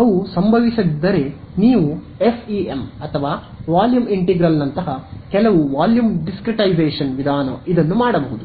ಅವು ಸಂಭವಿಸದಿದ್ದರೆ ನೀವು ಎಫ್ಇಎಂ ಅಥವಾ ವಾಲ್ಯೂಮ್ ಇಂಟಿಗ್ರಲ್ನಂತಹ ಕೆಲವು ವಾಲ್ಯೂಮ್ ಡಿಸ್ಕ್ರಿಟೈಸೇಶನ್ ವಿಧಾನ ಇದನ್ನು ಮಾಡಬಹುದು